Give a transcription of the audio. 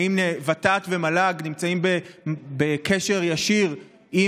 האם ות"ת ומל"ג נמצאים בקשר ישיר עם